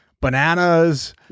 bananas